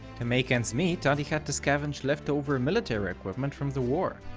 to make ends meet, adi had to scavenge leftover military equipment from the war.